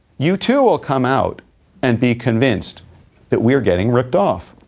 you too will come out and be convinced that we're getting ripped off.